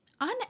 On